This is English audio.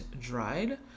dried